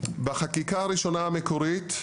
בחקיקה הראשונה המקורית,